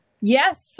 Yes